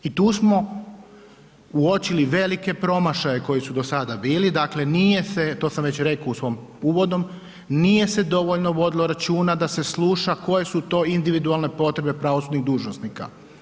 I tu smo uočili velike promašaje koji su do sada bili, dakle nije se, to sam već rekao u svom uvodnom, nije se dovoljno vodilo računa da se sluša koje su to individualne potrebe pravosudnih dužnosnika.